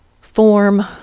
Form